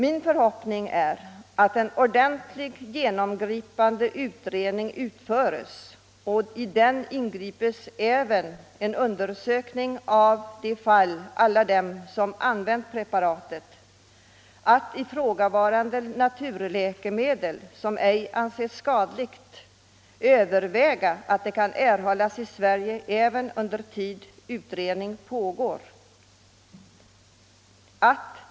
Min förhoppning är att en ordenlig och genomgripande utredning utföres. Därvid bör man undersöka alla de fall som använt detta preparat. Man bör vidare överväga att medge att dessa naturläkemedel, som icke anses skadliga, får användas i Sverige under den tid utredningen pågår.